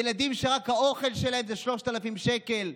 ילדים שרק האוכל שלהם זה 3,000 שקל.